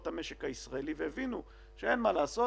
את המשק הישראלי והבינו שאין מה לעשות,